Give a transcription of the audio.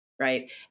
right